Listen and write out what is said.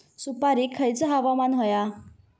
सुपरिक खयचा हवामान होया?